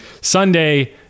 Sunday